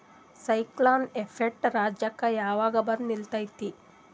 Cyclone effect ರಾಜ್ಯಕ್ಕೆ ಯಾವಾಗ ಬಂದ ನಿಲ್ಲತೈತಿ?